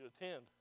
attend